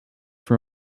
for